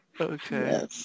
Okay